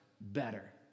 better